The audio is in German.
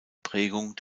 prägung